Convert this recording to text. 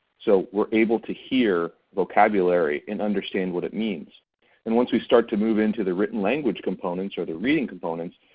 so we're able to hear vocabulary and understand what it means and once we start to move into the written language components or the reading components,